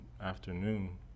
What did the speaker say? afternoon